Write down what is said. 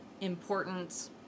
important